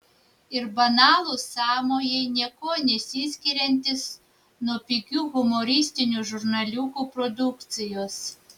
ir banalūs sąmojai niekuo nesiskiriantys nuo pigių humoristinių žurnaliukų produkcijos